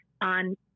on